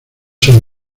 son